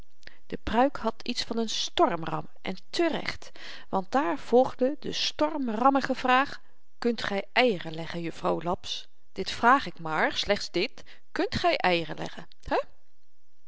de pruik had iets van n stormram en te-recht want daar volgde de stormrammige vraag kunt gy eieren leggen juffrouw laps dit vraag ik maar slechts dit kunt gy eieren leggen hè